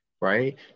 right